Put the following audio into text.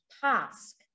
task